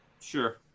Sure